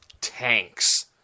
tanks